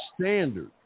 standard